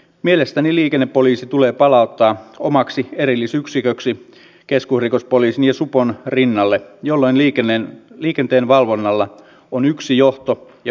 mielestäni liikennepoliisi tulee palauttaa omaksi erillisyksiköksi keskusrikospoliisin ja supon rinnalle jolloin liikenteenvalvonnalla on yksi johto ja yhdet tulostavoitteet